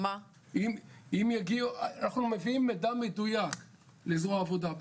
אנחנו מביאים מידע מדויק לזרוע עבודה.